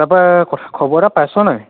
তাৰ পৰা কথা খবৰ এটা পাইছ নাই